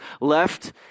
left